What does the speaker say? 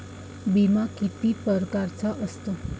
बिमा किती परकारचा असतो?